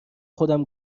خودم